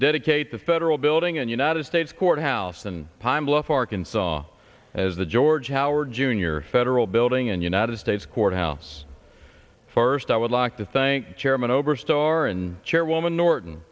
dedicate the federal building and united states courthouse and pine bluff arkansas as the george howard jr federal building in united state's courthouse first i would like to thank chairman oberstar and chairwoman norton